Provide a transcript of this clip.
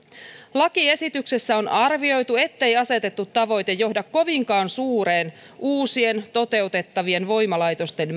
lakiesityksessä on arvioitu ettei asetettu tavoite johda kovinkaan suureen uusien toteutettavien voimalaitosten